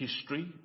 history